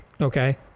Okay